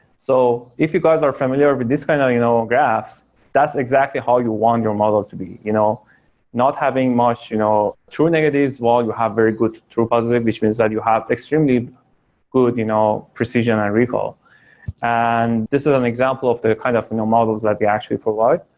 so if you guys are familiar with but this kind of you know um graphs, that's exactly how you want your model to be. you know not having much you know true negatives, well you have very good true positive, which means that you have extremely good you know precision and recall and this is an example of the kind of you know models that we actually provide.